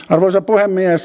arvoisa puhemies